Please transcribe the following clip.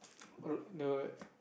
err the